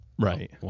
Right